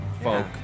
folk